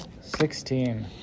Sixteen